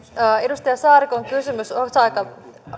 edustaja saarikon kysymys